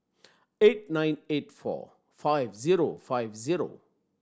eight nine eight four five zero five zero